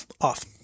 off